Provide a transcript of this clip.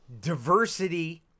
Diversity